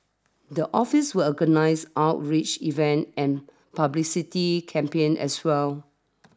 the office will organise outreach events and publicity campaigns as well